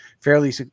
fairly